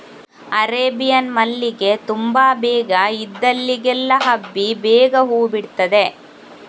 Arabian ಮಲ್ಲಿಗೆ ತುಂಬಾ ಬೇಗ ಇದ್ದಲ್ಲಿಗೆಲ್ಲ ಹಬ್ಬಿ ಬೇಗ ಹೂ ಬಿಡ್ತದೆ